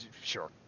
Sure